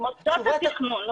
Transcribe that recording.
למוסדות התכנון.